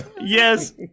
yes